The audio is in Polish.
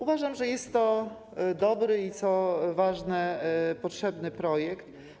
Uważam, że jest to dobry i, co ważne, potrzebny projekt.